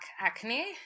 acne